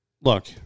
look